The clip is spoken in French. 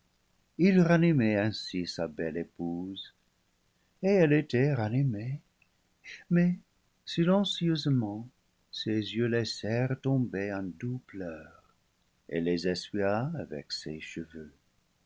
il ranimait ainsi sa belle épouse et elle était ranimée mais silencieusement ses yeux laissèrent tomber un doux pleur elle les essuya avec ses cheveux